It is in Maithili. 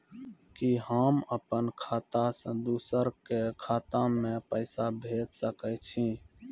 कि होम अपन खाता सं दूसर के खाता मे पैसा भेज सकै छी?